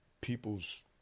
people's